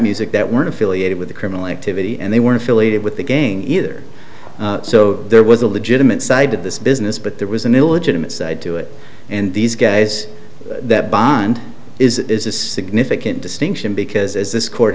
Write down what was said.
music that weren't affiliated with a criminal activity and they were affiliated with the gang either so there was a legitimate side of this business but there was an illegitimate side to it and these guys that bond is is a significant distinction because as this court